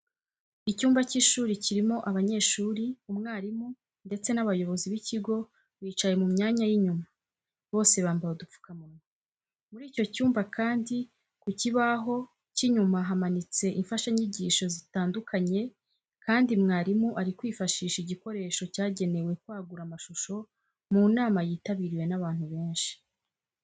Icyumba cy'ishuri kirimo abanyeshuri, umwarimu ndetse n'abayobozi b'ikigo bicaye mu myanya y'inyuma. Bose bambaye udupfukamunwa. Muri icyo cyumba kandi ku kibaho cy'inyuma hamanitse imfashanyigisho zitandukanye kandi mwarimu ari kwifashisha igikoresho cyagenewe kwagura amashusho mu nama yitabiriwe n'abantu benshi.